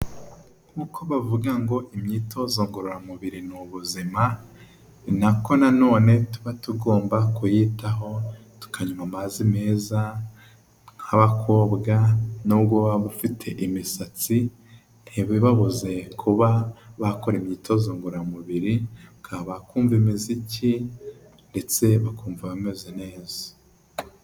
Nk’uko bavuga ngo imyitozo ngororamubiri n’ubuzima ni nako nanone tuba tugomba kuyitaho tukanywa amazi meza, nk'abakobwa nubwo waba ufite imisatsi ntibibabuze kuba bakora imyitozo ngororamubiri, ukaba wakumva imiziki ndetse bakumva bameze neza.